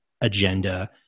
agenda